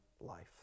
life